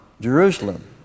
Jerusalem